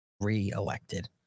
re-elected